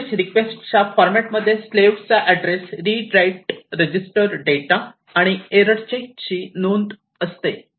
message रिक्वेस्टच्या फॉरमॅटमध्ये स्लेव्हचा address read write register data आणि एरर चेकची नोंद असते